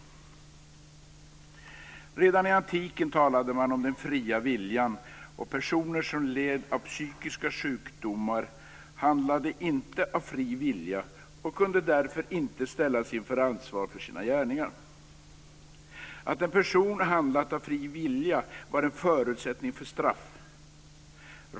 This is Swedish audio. Redan i antiken talade man om den fria viljan. Personer som led av psykiska sjukdomar handlade inte av fri vilja och kunde därför inte ställas inför ansvar för sina gärningar. Att en person handlat av fri vilja var en förutsättning för straff.